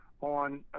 on